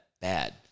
bad